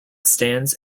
stands